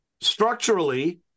Structurally